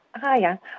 Hiya